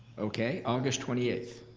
okay, august twenty eight.